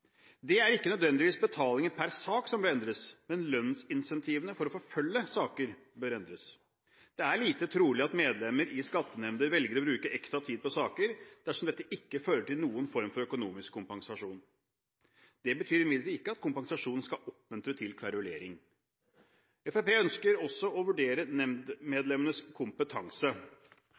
Det er ikke nødvendigvis betalingen per sak som bør endres, men lønnsincentivene for å forfølge saker bør endres. Det er lite trolig at medlemmer i skattenemnder velger å bruke ekstra tid på saker dersom dette ikke medfører noen form for økonomisk kompensasjon. Det betyr imidlertid ikke at kompensasjon skal oppmuntre til kverulering. Fremskrittspartiet ønsker også å vurdere nemndmedlemmenes kompetanse.